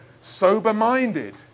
sober-minded